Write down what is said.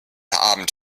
abend